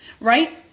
right